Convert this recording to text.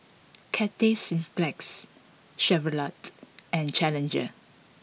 Cathay Cineplex Chevrolet and Challenger